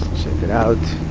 it out.